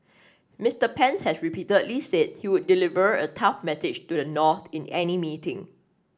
Mister Pence has repeatedly said he would deliver a tough message to the north in any meeting